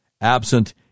absent